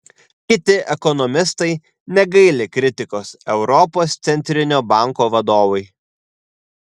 kiti ekonomistai negaili kritikos europos centrinio banko vadovui